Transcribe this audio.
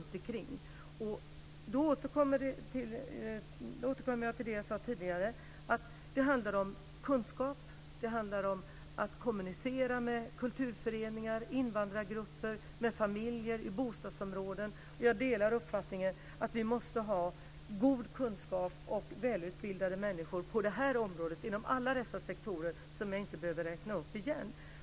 Då återkommer jag till det som jag sade tidigare, att det handlar om kunskap, att kommunicera med kulturföreningar, med invandrargrupper, med familjer och i bostadsområden. Och jag delar uppfattningen att vi måste ha god kunskap och välutbildade människor på detta område inom alla dessa sektorer, som jag inte behöver räkna upp igen.